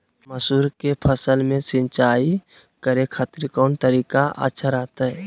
मसूर के फसल में सिंचाई करे खातिर कौन तरीका अच्छा रहतय?